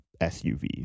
SUV